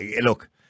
look